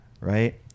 right